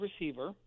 receiver